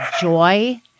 joy